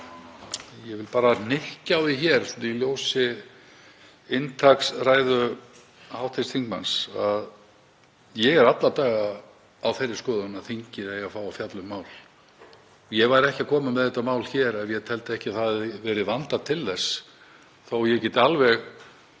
Ég vil bara hnykkja á því hér, í ljósi inntaks ræðu hv. þingmanns, að ég er alla daga á þeirri skoðun að þingið eigi að fá að fjalla um mál. Ég væri ekki að koma með þetta mál hér ef ég teldi ekki að það hefði verið vandað til þess þó að ég geti alveg